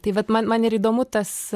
tai vat man man įdomu tas